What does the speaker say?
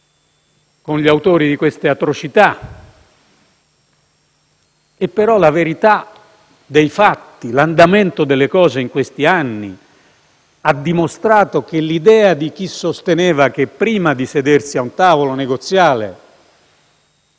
con gli autori di queste atrocità? Però la verità dei fatti, l'andamento delle cose in questi anni hanno dimostrato che l'idea di chi sosteneva che, prima di sedersi a un tavolo negoziale,